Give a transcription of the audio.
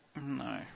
No